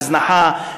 הזנחה,